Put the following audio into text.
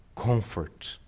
comfort